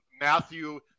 Matthew